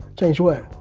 change what?